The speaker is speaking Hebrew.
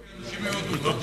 אנשים מהודו.